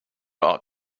ought